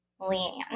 Leanne